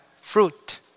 fruit